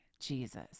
Jesus